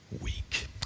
week